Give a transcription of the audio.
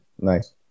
nice